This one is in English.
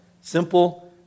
Simple